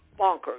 bonkers